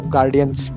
Guardians